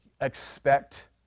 expect